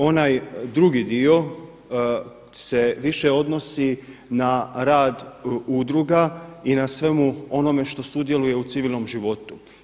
Onaj drugi dio se više odnosi na rad udruga i na svemu onome što sudjeluje u civilnom životu.